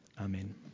Amen